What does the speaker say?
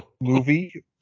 movie